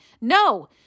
No